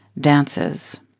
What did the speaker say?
dances